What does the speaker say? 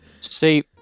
See